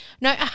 No